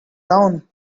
down